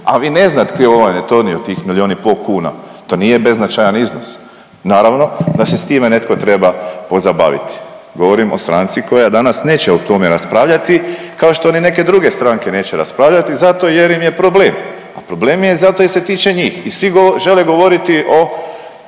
se ne razumije./... tih milijun i po' kuna, to nije beznačajan iznos, naravno da se s tim netko treba pozabaviti. Govorim o stranci koja danas neće o tome raspravljati, kao što ni neke druge stranke neće raspravljati zato jer im je problem, a problem im je zato jer se tiče njih i svi žele govoriti o,